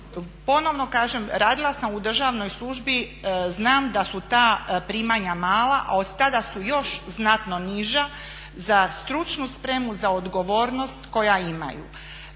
Ponovno kažem, radila sam u državnoj službi, znam da su ta primanja mala, a od tada su još znatno niža za stručnu spremu, za odgovornost koja imaju.